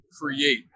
create